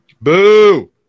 Boo